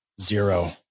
Zero